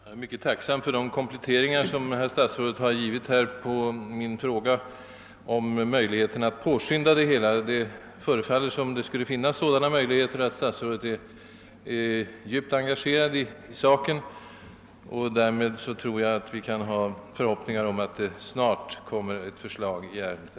Herr talman! Jag är tacksam för statsrådets kompletterande upplysningar på min fråga om möjligheten att påskynda förloppet. Det förefaller ju som om det skulle finnas vissa sådana möjligheter och som om statsrådet är djupt engagerad i frågan. Därmed tror jag att vi kan hysa förhoppningar om att ett förslag i ärendet snart kan komma att framläggas.